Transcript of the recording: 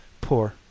Poor